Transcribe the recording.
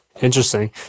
Interesting